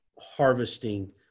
harvesting